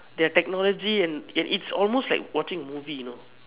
their technology and it it's almost like watching a movie you know